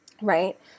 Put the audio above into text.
right